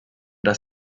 das